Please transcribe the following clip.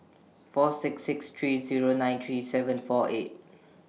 four six six three Zero nine three seven four eight